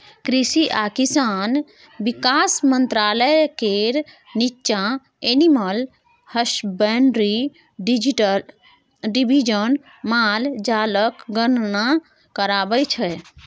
कृषि आ किसान बिकास मंत्रालय केर नीच्चाँ एनिमल हसबेंड्री डिबीजन माल जालक गणना कराबै छै